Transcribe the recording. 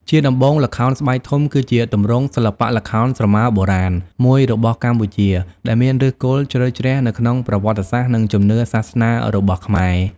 ជាដំបូង ល្ខោនស្បែកធំ គឺជាទម្រង់សិល្បៈល្ខោនស្រមោលបុរាណមួយរបស់កម្ពុជា ដែលមានឫសគល់ជ្រៅជ្រះនៅក្នុងប្រវត្តិសាស្ត្រ និងជំនឿសាសនារបស់ខ្មែរ ។